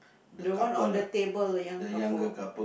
the one on the table the young couple